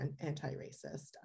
anti-racist